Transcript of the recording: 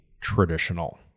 traditional